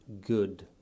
good